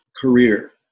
career